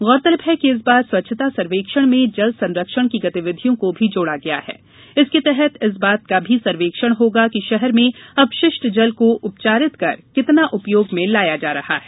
गौरतलब है कि इस बार स्वच्छता सर्वेक्षण में जल संरक्षण की गतिविधियों को भी जोड़ा गया है जिसके तहत इस बात का भी सर्वेक्षण होगा कि षहर में अपषिष्ट जल को उपचारित कर कितना उपयोग में लाया जा रहा है